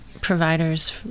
providers